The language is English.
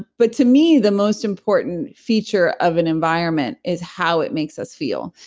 but to me, the most important feature of an environment is how it makes us feel.